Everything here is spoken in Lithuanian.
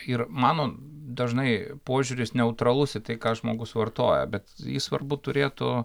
ir mano dažnai požiūris neutralus į tai ką žmogus vartoja bet jis svarbu turėtų